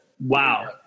Wow